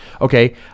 Okay